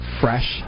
fresh